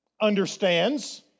understands